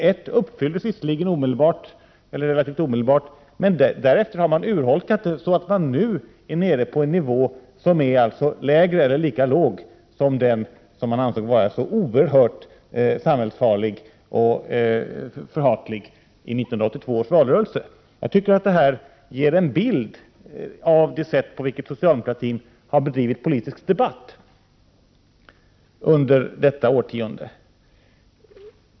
Ett uppfylldes visserligen relativt omedelbart efter valet, men därefter har det urholkats, så att man nu är nere på en nivå som är lägre än eller lika låg som den som socialdemokraterna ansåg vara så oerhört samhällsfarlig och förhatlig i 1982 års valrörelse. Jag tycker att detta ger en bild av det sätt på vilket socialdemokraterna har bedrivit politisk debatt under detta årtionde.